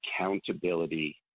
accountability